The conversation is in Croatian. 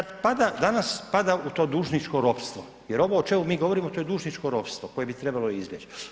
Danas pada u to dužničko ropstvo jer ovo o čemu mi govorimo to je dužničko ropstvo koje bi trebalo izbjeći.